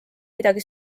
midagi